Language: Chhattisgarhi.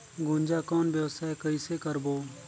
गुनजा कौन व्यवसाय कइसे करबो?